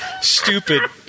Stupid